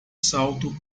salto